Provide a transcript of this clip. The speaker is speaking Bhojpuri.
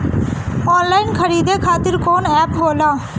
आनलाइन खरीदे खातीर कौन एप होला?